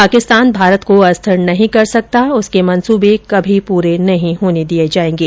पाकिस्तान भारत को अस्थिर नहीं कर सकता उसके मनसूबे कभी पूरे नहीं होने दिये जायेंगे